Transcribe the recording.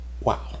wow